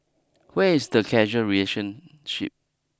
where is the causal relationship